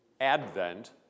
Advent